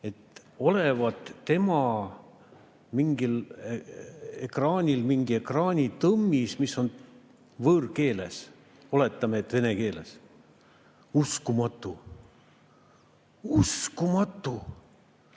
et olevat tema mingil ekraanil mingi ekraanitõmmis, mis on võõrkeeles. Oletame, et vene keeles. Uskumatu! Uskumatu!